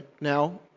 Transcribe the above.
now